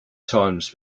times